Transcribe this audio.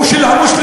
הוא של המוסלמים,